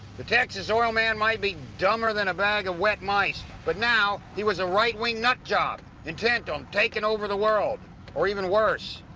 the texas oilman might be dumber than a bag of wet mice but now he was a right-wing nut job, intent on taking over the world or, even worse,